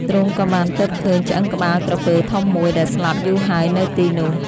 ទ្រង់ក៏បានទតឃើញឆ្អឹងក្បាលក្រពើធំមួយ ដែលស្លាប់យូរហើយនៅទីនោះ។